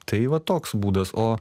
tai va toks būdas o